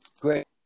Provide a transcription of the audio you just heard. Great